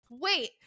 wait